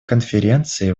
конференции